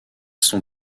sont